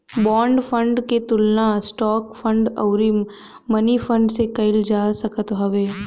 bond fund के तुलना stock fund अउरी मनीफंड से कईल जा सकत हवे